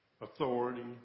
authority